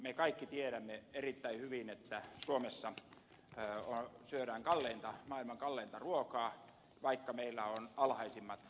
me kaikki tiedämme erittäin hyvin että suomessa syödään maailman kalleinta ruokaa vaikka meillä on alhaisimmat tuottajahinnat